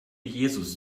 jesus